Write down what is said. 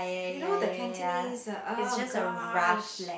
you know the Cantonese ah oh gosh